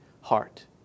heart